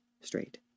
straight